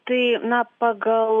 tai na pagal